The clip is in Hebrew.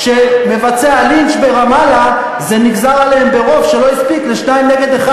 כשעל מבצעי הלינץ' ברמאללה נגזר ברוב שלא הספיק לשניים נגד אחד.